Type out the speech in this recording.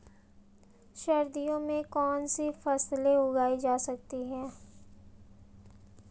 सर्दियों में कौनसी फसलें उगाई जा सकती हैं?